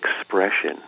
expression